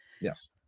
Yes